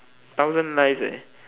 thousands lives eh